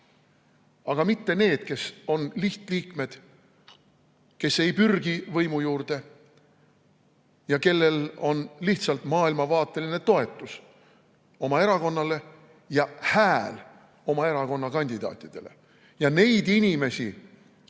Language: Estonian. Aga mitte need, kes on lihtliikmed, kes ei pürgi võimu juurde ja kes lihtsalt maailmavaateliselt toetavad oma erakonda ja annavad hääle oma erakonna kandidaatidele. Ja neid inimesi